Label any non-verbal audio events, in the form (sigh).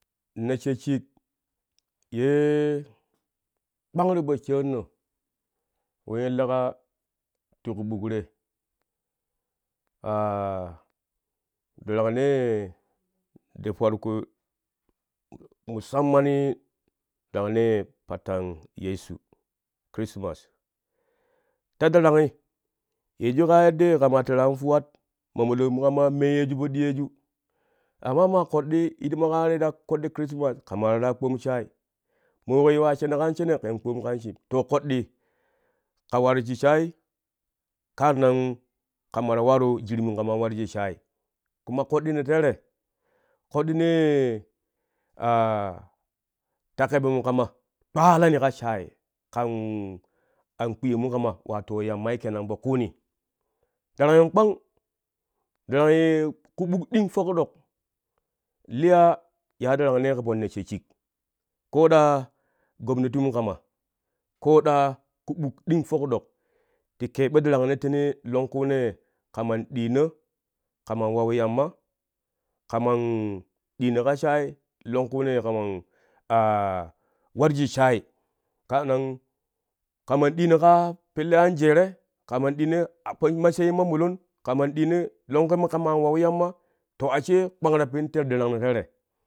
Nessho shik yee kpang ti po shaanno we leka ti ku ɓuk te (hesitation) darangnee ti farko musammani darangnee ye pattaan yeso krismas ta darangi yenzu kaa ye kama ti fe tɛrɛ an fuwat ma molonmu kama meyyeju po ɗiyoju, amma maa koɗɗi hidima ka te ta koɗɗi krismas kama ta waaraa kpom shaai mo yuwaa shene kan shene man kpomi kan shii to koɗɗii ka war shi shaai kaa nan kama ta waru jirimmu kaman waru shik shaai kuma koɗɗino tere koɗɗinee (hesitation) ta kebemu koma twaalani ka shaai kan ankpiyemu kama wato yammal kenan po kuuni darangin kpang darang ye ku ɓuk ɗing toƙi ɗok liyaa ya darangnee po nessho shik ko ɗaa gobnotimu kama, ko ɗaa ƙuɓuk ɗing foƙi, doƙ ti keb darang no tene longƙunee kaman ɗiino, kaman wau yamma, kamman ɗiino ka shaai longkunee kaman (hesitation) war shik shaai, kaan nan kaman ɗiino kaa pelle anjeere, kaman ɗiino akwai masaye mamolon kaman ɗiino longku kaman wau yamma to (unintelligible)